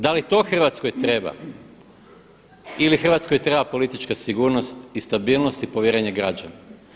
Da li to Hrvatskoj treba ili Hrvatskoj treba politička sigurnost i stabilnost i povjerenje građana?